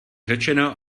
řečeno